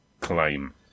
claim